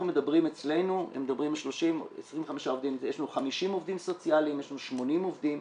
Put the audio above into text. יש לנו 50 עובדים סוציאליים, יש לנו 80 עובדים.